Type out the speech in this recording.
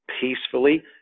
peacefully